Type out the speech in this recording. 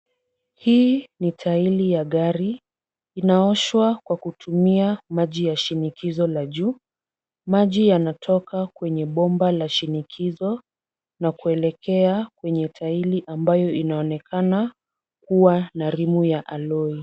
Hii ni tairi ya gari. Inaoshwa kwa kutumia maji ya shinikizo la juu. Maji yanatoka kwenye bomba la shinikizo na kuelekea kwenye tairi ambayo inaonekana kuwa na rimu ya aloi.